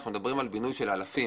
אנחנו מדברים על בינוי של אלפים.